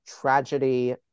tragedy